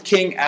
King